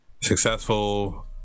Successful